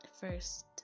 first